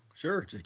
Sure